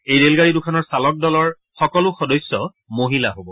এই ৰেলগাড়ী দুখনৰ চালক দলৰ সকলো সদস্য মহিলা হ'ব